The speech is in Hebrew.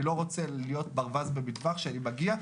אני לא רוצה להיות ברווז במטווח כשאני מגיע.